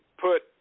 put